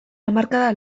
hamarkada